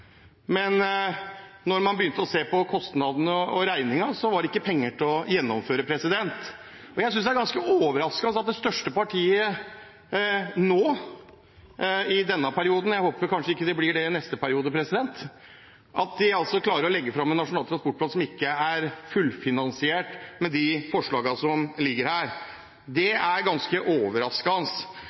men da man begynte å se på kostnadene og regningen, var det ikke penger til å gjennomføre. Jeg synes det er ganske overraskende at det største partiet nå i denne perioden – jeg håper vel ikke det blir det i neste periode – klarer å legge fram en nasjonal transportplan som ikke er fullfinansiert med de forslagene som ligger her. Det er ganske overraskende.